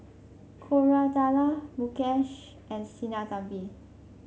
Koratala Mukesh and Sinnathamby